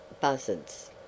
buzzards